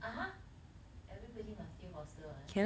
!huh! everybody must stay hostel [one]